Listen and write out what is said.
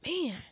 Man